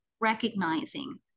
recognizing